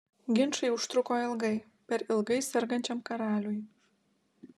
ginčai užtruko ilgai per ilgai sergančiam karaliui